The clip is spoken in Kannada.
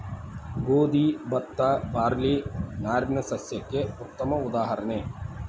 ಗೋದಿ ಬತ್ತಾ ಬಾರ್ಲಿ ನಾರಿನ ಸಸ್ಯಕ್ಕೆ ಉತ್ತಮ ಉದಾಹರಣೆ